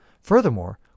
Furthermore